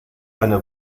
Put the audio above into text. eine